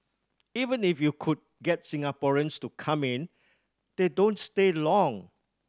even if you could get Singaporeans to come in they don't stay long